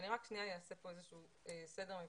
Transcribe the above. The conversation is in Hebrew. אני אעשה פה איזשהו סדר מבחינתנו.